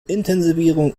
intensivierung